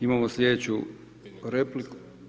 Imamo slijedeću repliku.